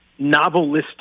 novelistic